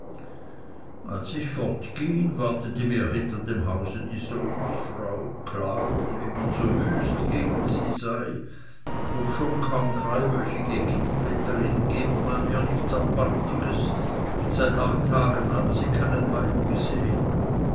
als ich fortging wartete mir hinter dem hause die sohnsfrau klagte wie man so wüst gegen sie sei obschon kaum dreiwöchige kindbetterin gebe man ihr nichts apartiges seit acht tagen habe sie keinen wein gesehen